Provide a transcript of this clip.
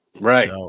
right